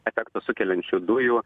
efektą sukeliančių dujų